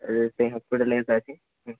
এবারে সে হসপিটালে এসে আছি হুম